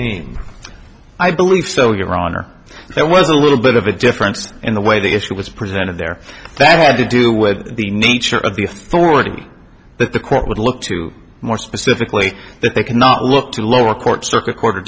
haim i believe so your honor there was a little bit of a difference in the way the issue was presented there that had to do with the nature of the authority that the court would look to more specifically that they could not look to lower court circuit